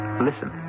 listen